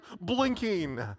blinking